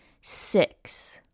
six